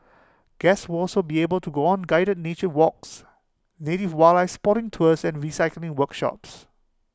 guests will also be able to go on guided nature walks native wildlife spotting tours and recycling workshops